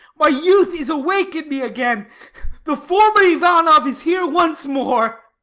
my youth is awake in me again the former ivanoff is here once more.